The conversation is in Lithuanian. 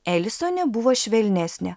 elisonė buvo švelnesnė